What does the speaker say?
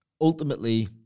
Ultimately